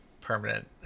permanent